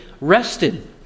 rested